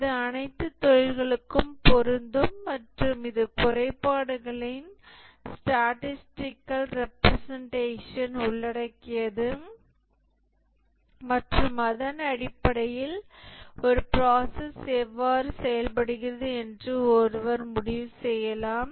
இது அனைத்து தொழில்களுக்கும் பொருந்தும் மற்றும் இது குறைபாடுகளின் ஸ்டாடிஸ்டிகல் ரெப்ரசென்டேஷன் உள்ளடக்கியது மற்றும் அதன் அடிப்படையில் ஒரு ப்ராசஸ் எவ்வாறு செயல்படுகிறது என்று ஒருவர் முடிவு செய்யலாம்